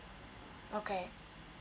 okay